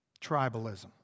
tribalism